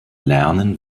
lernen